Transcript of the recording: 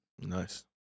nice